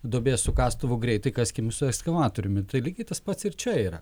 duobės su kastuvu greitai kaskim su ekskavatoriumi tai lygiai tas pats ir čia yra